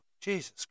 Jesus